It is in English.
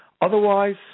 Otherwise